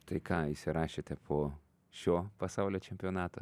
tai ką įsirašėte po šio pasaulio čempionato